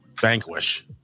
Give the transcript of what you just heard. vanquish